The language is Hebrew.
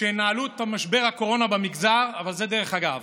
שינהלו את משבר הקורונה במגזר, אבל זה דרך אגב.